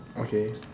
okay